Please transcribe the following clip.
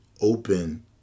open